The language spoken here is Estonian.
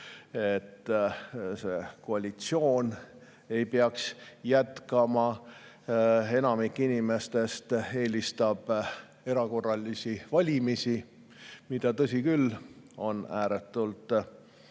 et see koalitsioon ei peaks jätkama. Enamik inimestest eelistab erakorralisi valimisi, mida, tõsi küll, on ääretult